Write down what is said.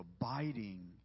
abiding